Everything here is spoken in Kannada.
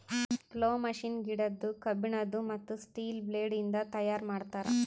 ಪ್ಲೊ ಮಷೀನ್ ಗಿಡದ್ದು, ಕಬ್ಬಿಣದು, ಮತ್ತ್ ಸ್ಟೀಲ ಬ್ಲೇಡ್ ಇಂದ ತೈಯಾರ್ ಮಾಡ್ತರ್